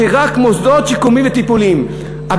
שרק מוסדות שיקומיים וטיפוליים יקבלו.